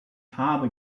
habe